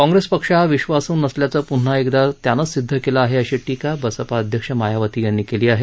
काँग्रेस पक्ष हा विश्वासू नसल्याचं पुन्हा एकदा त्यानंच सिद्ध केलं आहे अशी टीका बसपा अध्यक्ष मायावती यांनी केली आहे